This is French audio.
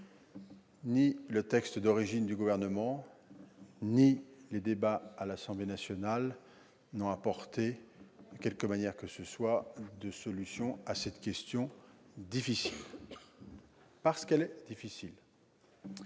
Ni le texte d'origine du Gouvernement ni les débats à l'Assemblée nationale n'ont apporté, de quelque manière que ce soit, de réponse à cette question difficile, car elle est difficile.